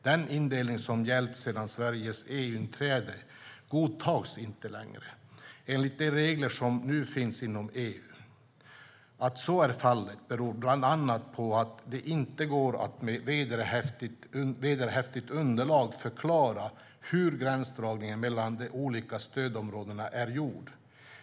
Den indelning som gällt sedan Sveriges EU-inträde godtas inte längre enligt de regler som nu finns inom EU. Att så är fallet beror bland annat på att det inte går att med vederhäftigt underlag förklara hur gränsdragningen mellan de olika stödområdena är gjord.